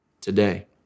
today